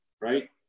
right